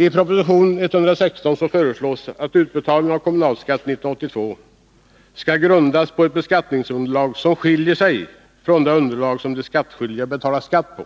I proposition 116 föreslås att utbetalningen av förskott på kommunalskatt 1982 skall grundas på ett beskattningsunderlag som skiljer sig från det underlag som de skattskyldiga betalar skatt på.